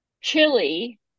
chili